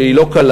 שהיא לא קלה.